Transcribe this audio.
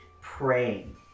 praying